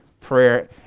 prayer